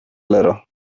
little